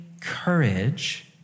courage